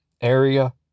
area